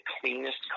cleanest